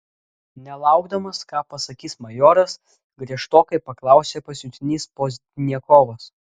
nelaukdamas ką pasakys majoras griežtokai paklausė pasiuntinys pozdniakovas